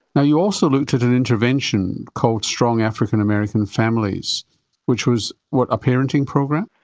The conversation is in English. you also looked at an intervention called strong african american families which was, what, a parenting program?